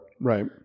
Right